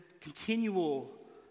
continual